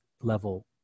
level